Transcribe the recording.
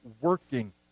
working